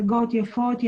מצגות יפות,